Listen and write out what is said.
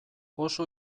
oso